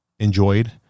enjoyed